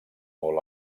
molt